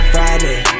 Friday